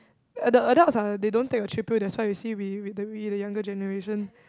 uh the adults ah they don't take a chill pill that's why you see with with the with the younger generation